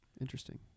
Interesting